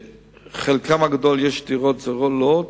שבחלקם הגדול יש דירות זולות.